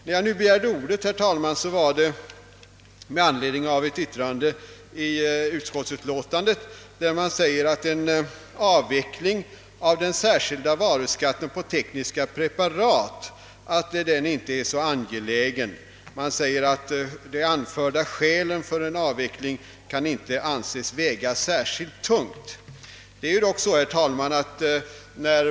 När jag begärde ordet, herr talman, var det närmare med anledning av ett uttalande i utskottsutlåtandet om att en avveckling av den särskilda varuskatten på tekniska preparat inte är så angelägen. Utskottet skriver att de anförda skälen för en avveckling av den särskilda varuskatten på tekniska preparat inte kan anses väga särskilt tungt.